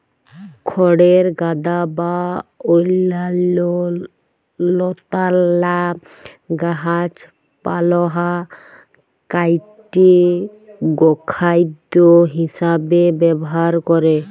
খড়ের গাদা বা অইল্যাল্য লতালা গাহাচপালহা কাইটে গখাইদ্য হিঁসাবে ব্যাভার ক্যরে